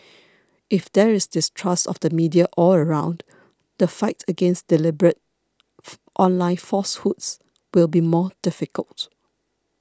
if there is distrust of the media all around the fight against deliberate online falsehoods will be more difficult